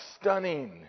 stunning